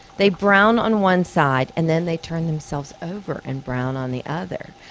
they brown on one side, and then they turn themselves over and brown on the other.